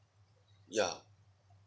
ya